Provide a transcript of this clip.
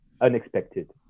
unexpected